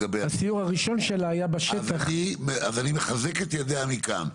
אני מחזק את ידיה מכאן,